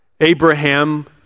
Abraham